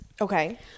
Okay